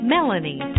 Melanie